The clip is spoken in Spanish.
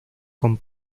con